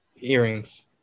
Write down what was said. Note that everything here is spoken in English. earrings